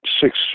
six